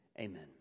amen